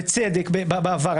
בצדק בעבר,